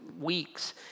weeks